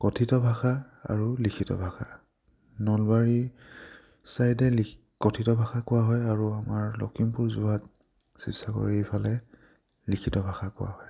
কথিত ভাষা আৰু লিখিত ভাষা নলবাৰীৰ ছাইডে কথিত ভাষা কোৱা হয় আৰু আমাৰ লখিমপুৰ যোৰহাট শিৱসাগৰ এইফালে লিখিত ভাষা কোৱা হয়